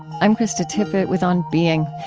i'm krista tippett with on being.